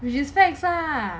which is thanks lah